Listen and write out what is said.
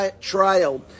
trial